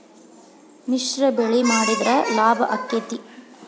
ಮಿಶ್ರ ಬೆಳಿ ಮಾಡಿದ್ರ ಲಾಭ ಆಕ್ಕೆತಿ?